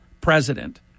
president